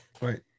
right